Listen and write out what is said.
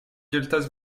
gueltas